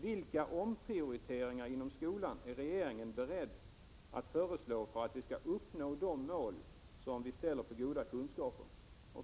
Vilka omprioriteringar inom skolan är regeringen beredd att | föreslå för att vi skall kunna uppnå de mål som vi ställer på goda kunskaper?